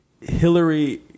Hillary